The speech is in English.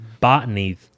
botany